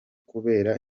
kubera